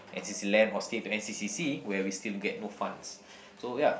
n_c_c Land or stay to n_c_c sea where we still get no funds so ya